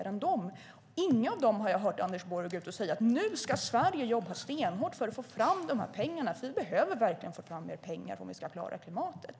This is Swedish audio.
Inte när det gäller något av förslagen har jag hört Anders Borg gå ut och säga att nu ska Sverige jobba stenhårt för att få fram dessa pengar. Vi behöver verkligen få fram mer pengar om vi ska klara klimatet.